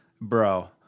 bro